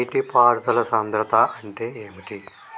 నీటి పారుదల సంద్రతా అంటే ఏంటిది?